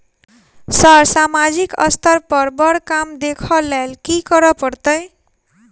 Sir सामाजिक स्तर पर बर काम देख लैलकी करऽ परतै?